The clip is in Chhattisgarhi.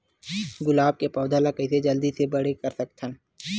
गुलाब के पौधा ल कइसे जल्दी से बड़े कर सकथन?